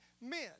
men